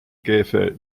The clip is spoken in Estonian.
keefe